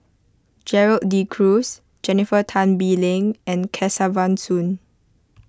Gerald De Cruz Jennifer Tan Bee Leng and Kesavan Soon